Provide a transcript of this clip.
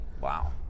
Wow